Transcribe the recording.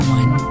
one